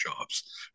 jobs